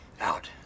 Out